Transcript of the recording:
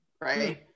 Right